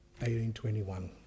1821